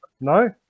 no